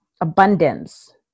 abundance